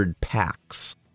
packs